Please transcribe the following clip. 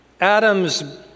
Adam's